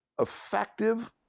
effective